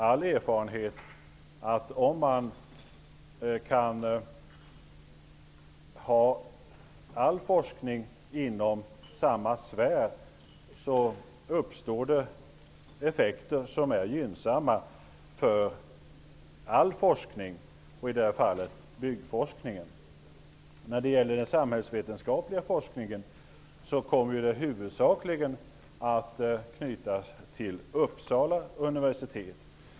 All erfarenhet visar att om man kan ha all forskning inom samma sfär uppstår gynnsamma effekter för all forskning -- i det här fallet gäller det alltså byggforskningen. Den samhällvetenskapliga forskningen kommer huvudsakligen att knytas till Uppsala universitet.